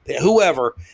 whoever –